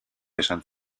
esan